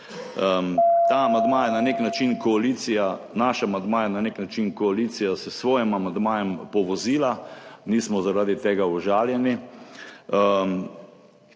Ta amandma je na nek način koalicija, naš amandma je na nek način koalicija s svojim amandmajem povozila. Nismo zaradi tega užaljeni,